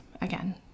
again